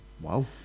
Wow